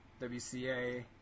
WCA